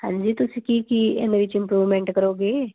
ਹਾਂਜੀ ਤੁਸੀਂ ਕੀ ਕੀ ਇਹਦੇ ਵਿੱਚ ਇੰਪਰੂਵਮੈਂਟ ਕਰੋਗੇ